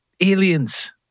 Aliens